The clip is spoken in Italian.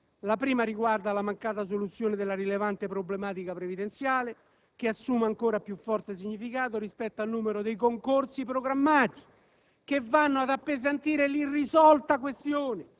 Non posso non evidenziare due questioni. La prima riguarda la mancata soluzione della rilevante problematica previdenziale, che assume ancora un più forte significato rispetto al numero di concorsi programmati,